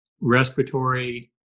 respiratory